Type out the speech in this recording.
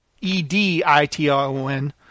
E-D-I-T-O-N